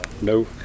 no